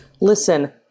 Listen